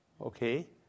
okay